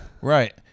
right